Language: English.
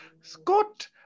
Scott